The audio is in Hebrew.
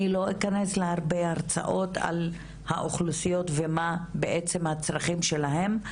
אני לא אכנס להרבה הרצאות על האוכלוסיות ומה בעצם הצרכים שלהם,